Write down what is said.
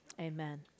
amen